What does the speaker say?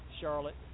Charlotte